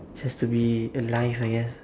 just to be alive I guess